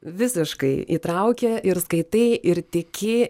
visiškai įtraukia ir skaitai ir tiki